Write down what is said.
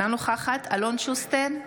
אינה נוכחת אלון שוסטר,